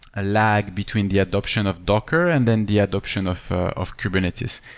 ah lag between the adoption of docker and then the adoption of of kubernetes.